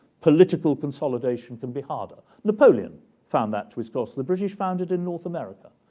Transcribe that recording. political consolidation can be harder. napoleon found that to its cost. the british found it in north america.